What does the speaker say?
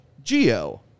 Geo